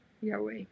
Yahweh